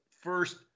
first